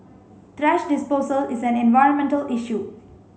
thrash disposal is an environmental issue